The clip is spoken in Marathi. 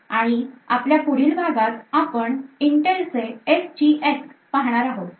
आणि आपल्या पुढील भागात आपण Intel चे SGX पाहणार आहोत